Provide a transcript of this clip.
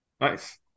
Nice